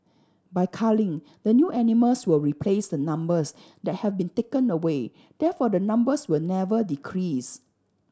by culling the new animals will replace the numbers that have been taken away therefore the numbers will never decrease